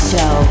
Show